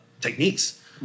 techniques